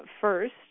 first